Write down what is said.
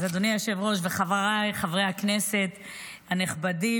אז אדוני היושב-ראש וחבריי חברי הכנסת הנכבדים,